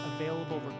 available